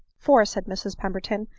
for, said mrs pemberton,